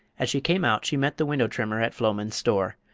as she came out she met the window trimmer at floman's store.